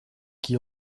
qui